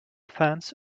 fence